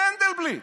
למנדלבליט.